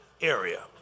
area